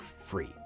free